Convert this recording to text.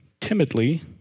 timidly